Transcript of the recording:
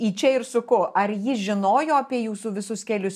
į čia ir suku ar ji žinojo apie jūsų visus kelius